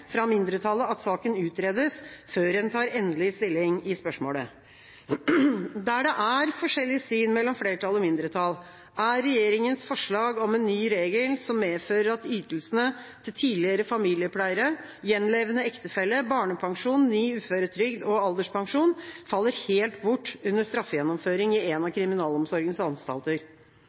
fra mindretallet at saken utredes før en tar endelig stilling i spørsmålet. Der det er forskjellig syn mellom flertall og mindretall, er regjeringas forslag om en ny regel som medfører at ytelsene til tidligere familiepleiere, gjenlevende ektefelle, barnepensjon, ny uføretrygd og alderspensjon faller helt bort under straffegjennomføring i en av kriminalomsorgens anstalter.